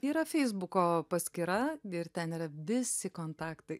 yra feisbuko paskyra ir ten yra visi kontaktai